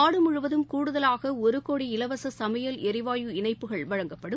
நாடு முழுவதும் கூடுதலாக ஒரு கோடி இலவச சமையல் எரிவாயு இணைப்புகள் வழங்கப்படும்